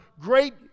great